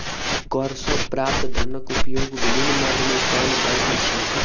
कर सॅ प्राप्त धनक उपयोग विभिन्न मद मे कयल जाइत अछि